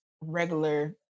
regular